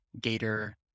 gator